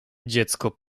dziecko